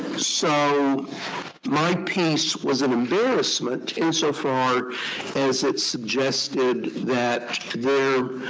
so my piece was an embarrassment insofar as it suggested that there